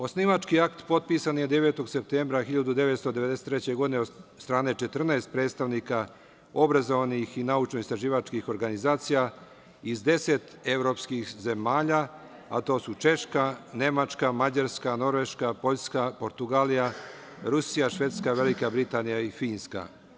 Osnivački akt potpisan je 09. septembra 1993. godine od strane 14 predstavnika obrazovanih i naučno-istraživačkih organizacija iz deset evropskih zemalja, a to su: Češka, Nemačka, Mađarska, Norveška, Poljska, Portugalija, Rusija, Švedska, Velika Britanija i Finska.